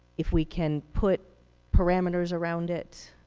if we can put parameters around it